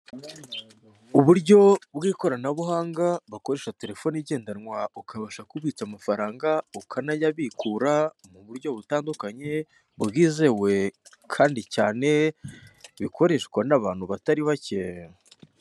Uburyo bw'ikoranabuhanga bakoresha telefone igendanwa, ukabasha kubitsa amafaranga ukanayabikura, mu buryo butandukanye bwizewe kandi cyane. Bikoreshwa n'abantu batari bacye.